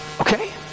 Okay